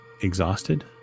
exhausted